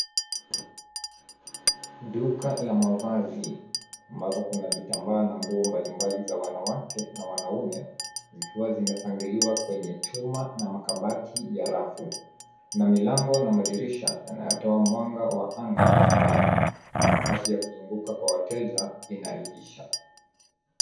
Duka la mavazi ambako kuna vitambaa na nguo mbalimbali za wanawake na wanaume zikiwa zimepangiliwa kwenye chuma na makabati ya rafu. Na milango na madirisha yanayotoa mwanga wa anga ndani na nafasi ya kuzunguka kwa wateja inaridhisha.